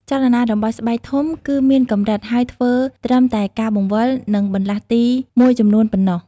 ចលនារបស់ស្បែកធំគឺមានកម្រិត ហើយធ្វើត្រឹមតែការបង្វិល និងបន្លាស់ទីមួយចំនួនប៉ុណ្ណោះ។